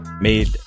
made